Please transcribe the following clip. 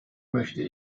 möchte